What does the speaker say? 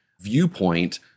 viewpoint